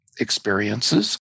experiences